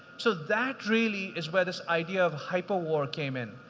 so that really is where this idea of hyperwar came in.